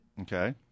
Okay